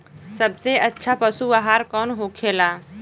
सबसे अच्छा पशु आहार कौन होखेला?